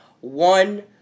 One